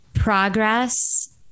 progress